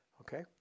Okay